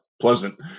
pleasant